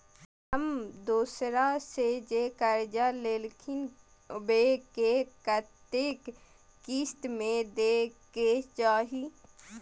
हम दोसरा से जे कर्जा लेलखिन वे के कतेक किस्त में दे के चाही?